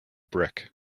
brick